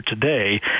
today